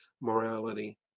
morality